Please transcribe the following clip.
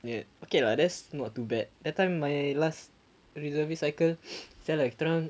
ya okay lah that's not too bad that time my last reservist cycle fell like turun